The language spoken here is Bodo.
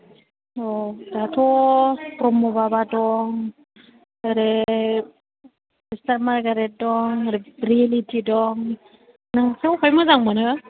औ दाथ' ब्रह्म बाबा दं ओरै सिस्टार मार्गारेट दं रियेलिटि दं नोंसो अबाय मोजां मोनो